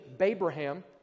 Abraham